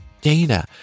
data